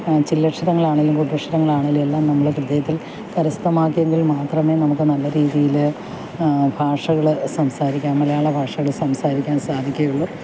ചില്ലക്ഷരങ്ങൾ ആണെങ്കിലും കൂട്ടക്ഷരങ്ങൾ ആണെങ്കിലും എല്ലാം നമ്മൾ ഹൃദയത്തില് കരസ്ഥമാക്കിയെങ്കില് മാത്രമേ നമുക്ക് നല്ല രീതിയിൽ ഭാഷകൾ സംസാരിക്കാന് മലയാളഭാഷകള് സംസാരിക്കാന് സാധിക്കുകയുള്ളൂ